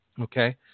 Okay